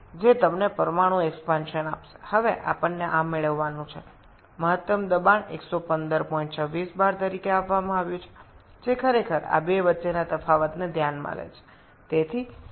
এখন আমাদের এটিকে দেখতে হবে যে সর্বোচ্চ ১১৫২৬ বার চাপ দেওয়া আছে যা এই দুটিয়ের মধ্যে পার্থক্যটি বিবেচনা করে